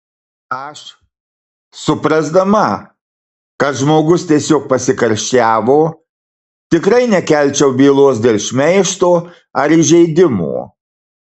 aš suprasdama kad žmogus tiesiog pasikarščiavo tikrai nekelčiau bylos dėl šmeižto ar įžeidimo